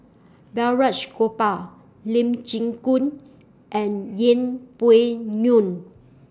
Balraj Gopal Lee Chin Koon and Yeng Pway Ngon